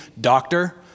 doctor